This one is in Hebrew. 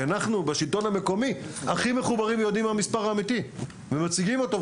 אנחנו בשלטון המקומי הכי מחוברים ויודעים את המספר האמיתי ומציגים אותו.